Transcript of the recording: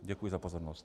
Děkuji za pozornost.